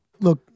Look